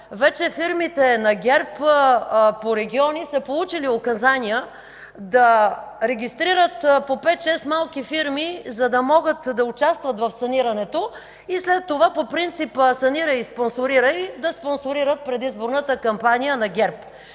вече фирмите на ГЕРБ по региони са получили указания да регистрират по 5-6 малки фирми, за да могат да участват в санирането и след това по принципа – санирай, спонсорирай, да спонсорират предизборната капания на ГЕРБ.